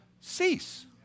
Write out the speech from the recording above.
cease